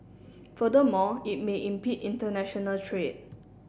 furthermore it may impede international trade